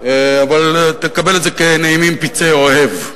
אבל תקבל את זה כנעימים פצעי אוהב,